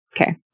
okay